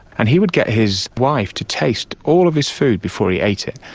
and he would get his wife to taste all of his food before he ate it.